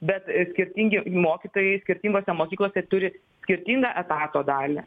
bet skirtingi mokytojai skirtingose mokyklose turi skirtingą etato dalį